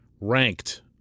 ranked